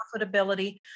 profitability